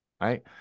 Right